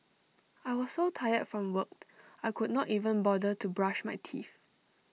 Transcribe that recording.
I was so tired from worked I could not even bother to brush my teeth